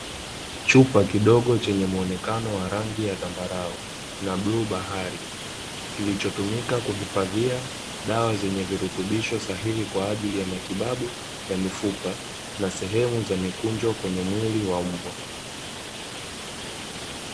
Chupa kidogo, chenye muonekano wa rangi ya zambarau na bluu bahari, kilichotumika kuhifadhia dawa zenye virutubisho sahihi kwa ajili ya matibabu ya mifupa na sehemu za mikunjo kwenye mwili wa mbwa.